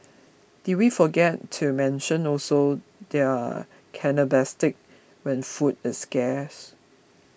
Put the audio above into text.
did we forget to mention also they're cannibalistic when food is scarce